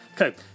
Okay